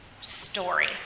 story